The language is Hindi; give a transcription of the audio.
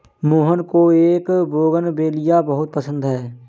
मोहन को बोगनवेलिया बहुत पसंद है